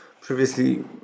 previously